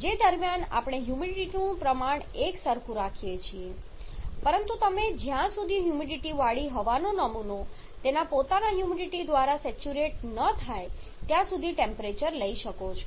જે દરમિયાન આપણે હ્યુમિડિટીનું પ્રમાણ એકસરખું રાખીએ છીએ પરંતુ તમે જ્યાં સુધી હ્યુમિડિટીવાળી હવાનો નમૂનો તેના પોતાના હ્યુમિડિટી દ્વારા સેચ્યુરેટ ન થાય ત્યાં સુધી ટેમ્પરેચર લઈ શકો છો